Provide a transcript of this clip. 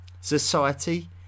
Society